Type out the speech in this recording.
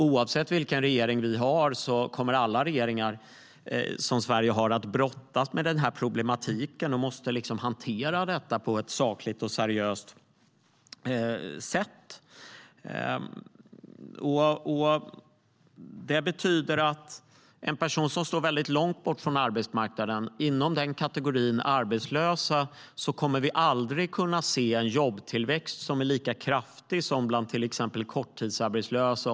Oavsett vilken regering vi har kommer den att brottas med den här problematiken och kommer att behöva hantera den på ett sakligt och seriöst sätt. Det betyder att vi, om konjunkturen vänder uppåt, bland personer inom kategorin arbetslösa som står långt från arbetsmarknaden aldrig kommer att kunna se en lika kraftig jobbtillväxt som bland till exempel korttidsarbetslösa.